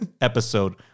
episode